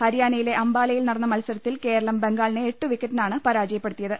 ഹരിയാനയിലെ അംബാ ലയിൽ നടന്ന മത്സരത്തിൽ കേരളം ബംഗാളിനെ എട്ടു വിക്കറ്റിനാണ് പരാജയപ്പെടുത്തിയത്